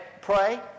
pray